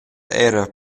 era